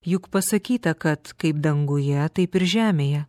juk pasakyta kad kaip danguje taip ir žemėje